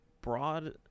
broad